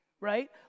right